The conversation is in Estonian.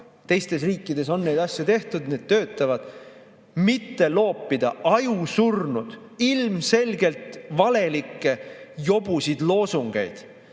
teistes riikides on neid asju tehtud, need töötavad –, mitte loopida ajusurnud, ilmselgelt valelikke, jobusid loosungeid,